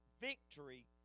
victory